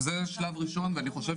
זה שלב ראשון וצריך